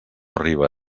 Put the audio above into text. arriba